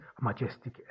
majestic